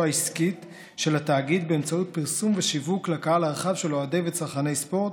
העסקית של התאגיד באמצעות פרסום ושיווק לקהל הרחב של אוהדי וצרכני ספורט